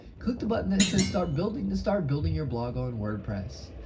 click the button that says start building to start building your blog on wordpress.